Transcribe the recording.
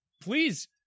Please